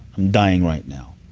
i'm dying right now,